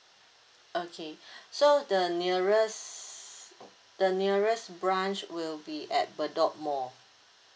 okay so the nearest the nearest branch will be at bedok mall